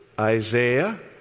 Isaiah